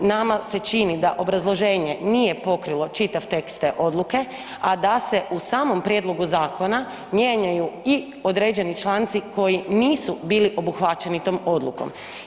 Nama se čini da obrazloženje nije pokrilo čitav tekst te odluke, a da se u samom prijedlogu zakona mijenjaju i određeni članci koji nisu bili obuhvaćeni tom odlukom.